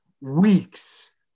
weeks